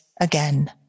again